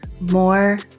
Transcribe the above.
more